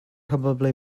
probably